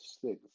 six